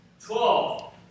Twelve